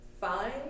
Fine